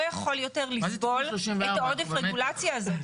יכול יותר לסבול את העודף רגולציה הזאת.